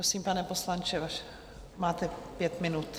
Prosím, pane poslanče, máte pět minut.